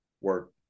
work